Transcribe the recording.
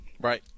Right